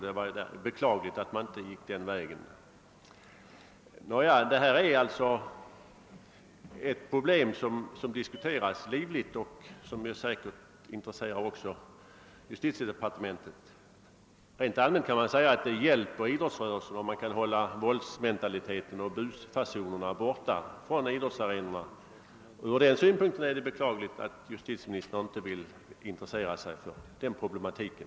Det var så till vida beklagligt att man valde att gå den vägen. Detta är ett problem som diskuteras livligt och som man säkert är intresserad av även i justitiedepartementet. Rent allmänt kan sägas att det hjälper idrottsrörelsen, om man kan hålla våldsmentaliteten och busfasonerna borta från idrottsarenorna. Från den synpunkten är det beklagligt att justitieministern vid detta tillfälle inte vill intressera sig för den problematiken.